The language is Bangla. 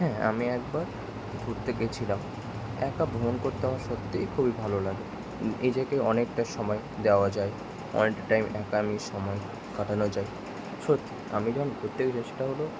হ্যাঁ আমি একবার ঘুরতে গিয়েছিলাম একা ভ্রমণ করতে আমার সত্যিই খুবই ভালো লাগে নিজেকে অনেকটা সময় দেওয়া যায় অনেকটা টাইম একা আমি সময় কাটানো যায় সত্যি আমি যখন ঘুরতে গিয়েছিলাম সেটা হলো